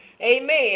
Amen